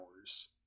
hours